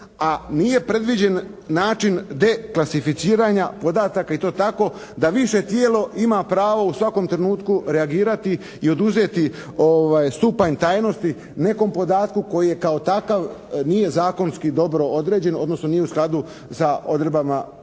a nije predviđen način deklasificiranja podataka i to tako da više tijelo ima pravo u svakom trenutku reagirati i oduzeti stupanj tajnosti nekom podataka koji je kao takav nije zakonski dobro određen odnosno nije u skladu sa odredbama,